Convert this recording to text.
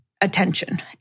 attention